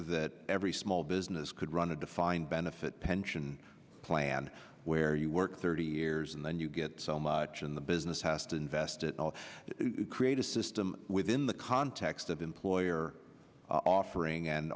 that every small business could run a defined benefit pension plan where you work thirty years and then you get so much in the business has to invest it all create a system within the context of employer offering and